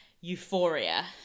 euphoria